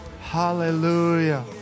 Hallelujah